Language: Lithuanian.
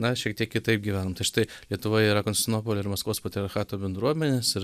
na šiek tiek kitaip gyvenam tai štai lietuvoje yra konstantinopolio ir maskvos patriarchato bendruomenės ir